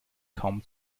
kaum